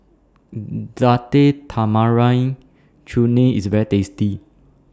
Date Tamarind Chutney IS very tasty